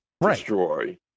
destroy